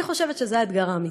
אני חושבת שזה האתגר האמיתי.